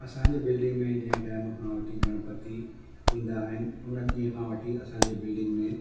असांजे बिल्डिंग में जंहिं टाइम खां वठी गणपती ईंदा आहिनि उन ॾींहं खां वठी असांजे बिल्डिंग में